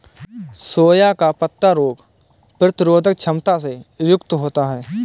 सोआ का पत्ता रोग प्रतिरोधक क्षमता से युक्त होता है